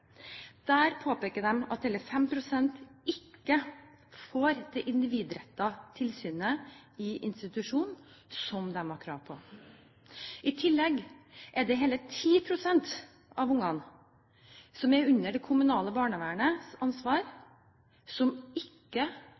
Der påpeker de at hele 5 pst. ikke får det individrettede tilsynet i institusjon som de har krav på. I tillegg er det hele 10 pst. av barna som er under det kommunale barnevernets ansvar, som ikke